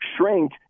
shrink